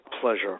pleasure